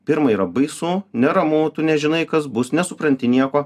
pirma yra baisu neramu tu nežinai kas bus nesupranti nieko